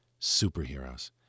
superheroes